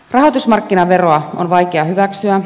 rahoitusmarkkinaveroa on vaikea hyväksyä